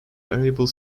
variable